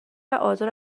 آزار